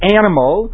animal